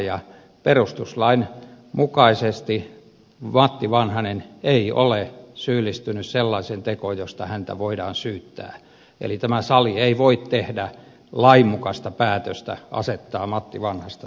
ja perustuslain mukaisesti matti vanhanen ei ole syyllistynyt sellaiseen tekoon josta häntä voidaan syyttää eli tämä sali ei voi tehdä lainmukaista päätöstä asettaa matti vanhasta syytteeseen